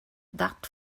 that